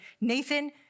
Nathan